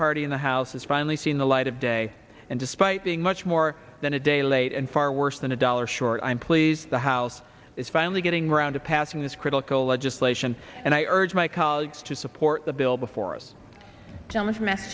party in the house has finally seen the light of day and despite being much more than a day late and far worse than a dollar short i am pleased the house is finally getting around to passing this critical legislation and i urge my colleagues to support the bill before us tell this ma